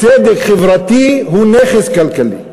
צדק חברתי הוא נכס כלכלי.